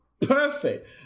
perfect